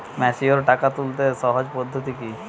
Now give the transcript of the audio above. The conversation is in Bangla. ম্যাচিওর টাকা তুলতে সহজ পদ্ধতি কি?